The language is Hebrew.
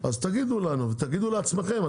תגידו לנו, ולעצמכם.